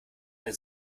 eine